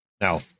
now